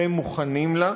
הם מוכנים לה,